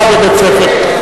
ארוחה חמה בבית-ספר.